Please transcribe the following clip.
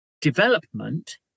development